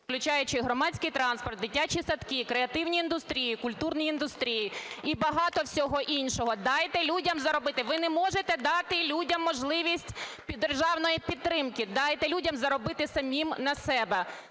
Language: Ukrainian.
включаючи громадський транспорт, дитячі садки, креативні індустрії, культурні індустрії і багато всього іншого. Дайте людям заробити. Ви не можете дати людям можливість державної підтримки, дайте людям заробити самим на себе.